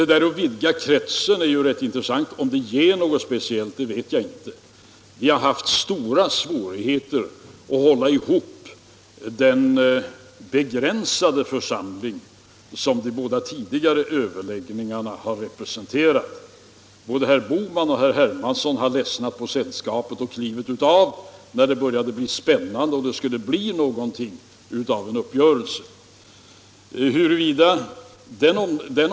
Att man velat vidga kretsen är rätt intressant. Om det ger någonting vet jag inte. Vi har haft stora svårigheter att hålla ihop den begränsade församling som deltagit i de båda tidigare överläggningarna. Både herr Bohman och herr Hermansson ledsnade på sällskapet och klev av när det började bli spännande och man skulle träffa en uppgörelse.